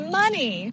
money